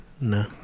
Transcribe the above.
No